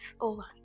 over